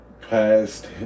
past